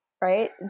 Right